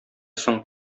соң